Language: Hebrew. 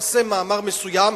מפרסם מאמר מסוים,